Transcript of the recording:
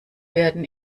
werden